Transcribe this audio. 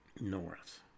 north